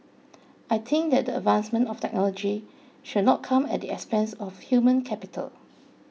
I think that the advancement of technology should not come at the expense of human capital